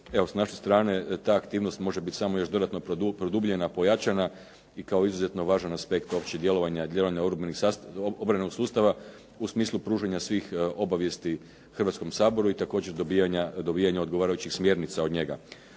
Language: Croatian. Evo s naše strane ta aktivnost može biti samo još dodatno produbljena, pojačana i kao izuzetno važan aspekt općeg djelovanja i djelovanja obrambenog sustava u smislu pružanja svih obavijesti Hrvatskom saboru i također dobivanja odgovarajućih smjernica od njega.